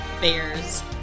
Bears